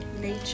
nature